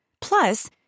Plus